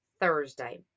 Thursday